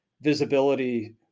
visibility